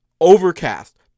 Overcast